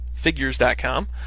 figures.com